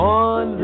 on